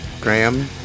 Graham